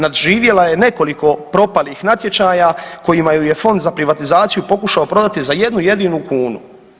Nadživjela je nekoliko propalih natječaja kojima ju je Fond za privatizaciju pokušao prodati za jednu jedinu kunu.